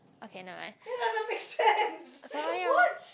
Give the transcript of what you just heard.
okay nevermind